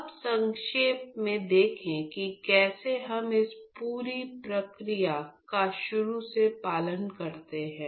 अब संक्षेप में देखें कि कैसे हम इस पूरी प्रक्रिया का शुरू से पालन करते हैं